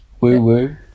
woo-woo